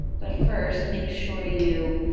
but first make sure you